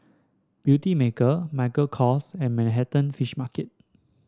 Beautymaker Michael Kors and Manhattan Fish Market